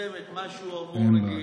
יצמצם את מה שהוא אמור להגיד,